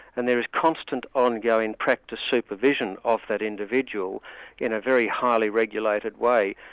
and there is constant ongoing practice supervision of that individual in a very highly regulated way.